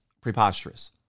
preposterous